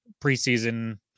preseason